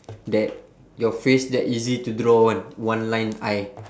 that your face that easy to draw [one] that one line eye